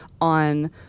on